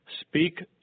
Speak